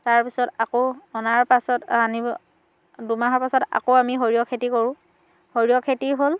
তাৰপিছত আকৌ অনাৰ পাছত আনিব দুমাহৰ পাছত আকৌ আমি সৰিয়হ খেতি কৰোঁ সৰিয়হ খেতি হ'ল